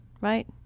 right